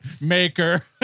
maker